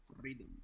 freedom